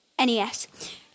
NES